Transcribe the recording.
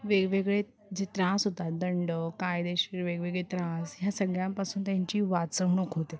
वेगवेगळे जे त्रास होतात दंड कायदेशीर वेगवेगळे त्रास ह्या सगळ्यांपासून त्यांची वाचवणूक होते